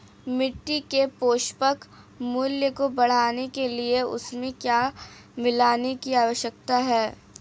मिट्टी के पोषक मूल्य को बढ़ाने के लिए उसमें क्या मिलाने की आवश्यकता है?